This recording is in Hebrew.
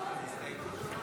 הרצנו,